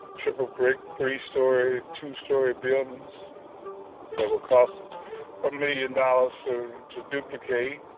triple brick three stories, two-story buildings that would cost a million dollars so to duplicate